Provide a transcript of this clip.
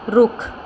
ਰੁੱਖ